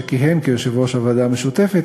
שכיהן כיושב-ראש הוועדה המשותפת,